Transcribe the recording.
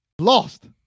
Lost